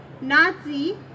Nazi